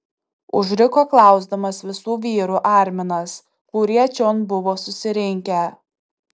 užriko klausdamas visų vyrų arminas kurie čion buvo susirinkę